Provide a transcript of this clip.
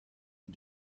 and